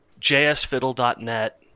JSFiddle.net